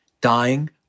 dying